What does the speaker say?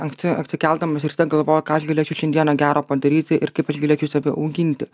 anksti atsikeldamas ir tegalvoju ką aš galėčiau šiandieną gero padaryti ir kaip aš galėčiau save auginti